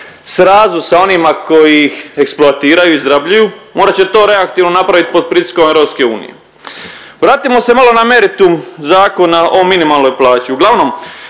srazu sa onima koji ih eksploatiraju i izrabljuju, morat će to reaktivno napravit pod pritiskom EU. Vratimo se malo na meritum Zakona o minimalnoj plaći.